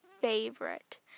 favorite